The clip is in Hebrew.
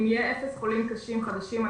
אם יהיה אפס חולים קשים חדשים,